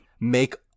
make